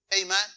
Amen